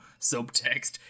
subtext